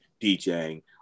DJing